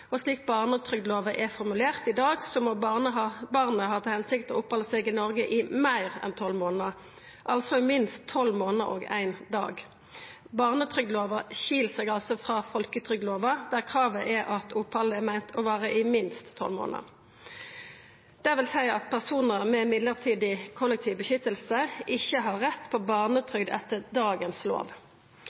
og slik barnetrygdlova er formulert i dag, må barnet ha til hensikt å opphalda seg i Noreg i meir enn 12 månader, altså i minst 12 månader og éin dag. Barnetrygdlova skil seg altså frå folketrygdlova, der kravet er at opphaldet er meint å vara i minst 12 månader. Det vil seia at personar med midlertidig kollektiv beskyttelse ikkje har rett på barnetrygd etter dagens lov.